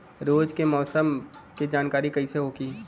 रोज के मौसम के जानकारी कइसे होखि?